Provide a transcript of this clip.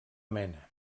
mena